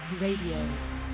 Radio